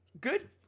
Good